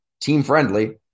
team-friendly